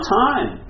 time